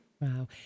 Wow